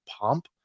Pump